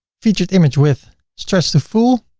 featured image width stretch to full,